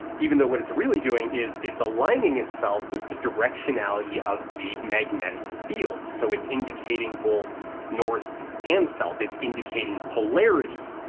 even though what it's really doing is it's aligning itself with the directionality of the magnetic field so it's indicating both north and south, it's indicating polarity,